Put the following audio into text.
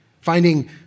finding